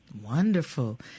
Wonderful